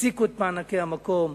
הפסיקו את מענקי המקום.